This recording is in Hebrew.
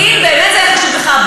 ואם באמת זה חשוב לך,